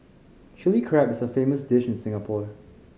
Chilli Crab is a famous dish in Singapore